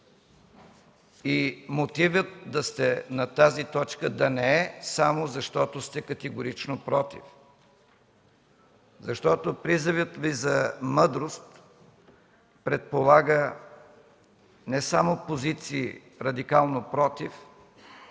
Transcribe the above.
и мотивът да сте на тази точка да не е само защото сте категорично против. Защото призивът Ви за мъдрост предполага не само позиции радикално против,